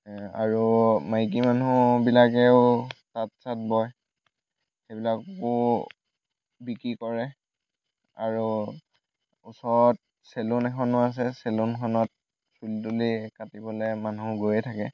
আৰু মাইকী মানুহবিলাকেও তাঁত চাত বয় সেইবিলাকো বিক্ৰী কৰে আৰু ওচৰত চেলুন এখনো আছে চেলুনখনত চুলি তুলি কাটিবলে মানুহ গৈয়েই থাকে